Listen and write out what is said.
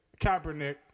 Kaepernick